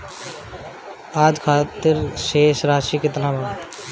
आज खातिर शेष राशि केतना बा?